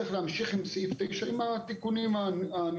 צריך להמשיך עם סעיף 9, עם התיקונים הנדרשים.